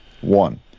one